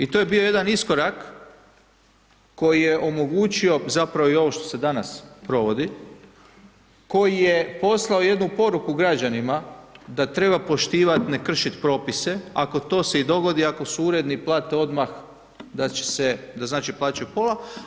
I to je bio jedan iskorak koji je omogućio zapravo i ovo što se danas provodi, koji je poslao jednu poruku građanima da treba poštivat, ne kršit propise, ako to se i dogodi, ako su uredni, plate odmah, da će se, znači plaćaju pola.